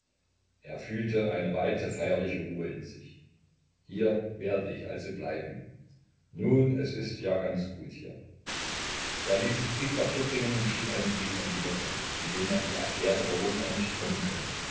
er fühlte eine weite feierliche ruhe in sich hier werd ich also bleiben nun es ist ja ganz gut hier er ließ sich briefpapier bringen und schrieb einen brief an die mutter in dem er ihr erklärte warum er nicht kommen könne